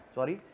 Sorry